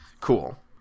cool